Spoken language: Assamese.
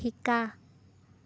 শিকা